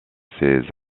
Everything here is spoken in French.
ses